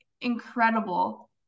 incredible